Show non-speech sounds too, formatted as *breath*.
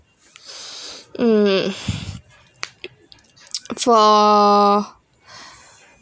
*breath* mm *noise* for